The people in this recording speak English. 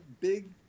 big